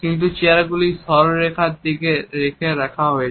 কিন্তু চেয়ারগুলি সরলরেখায় রেখে দেওয়া হয়েছে